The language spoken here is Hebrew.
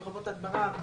לרבות הדברה,